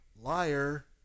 liar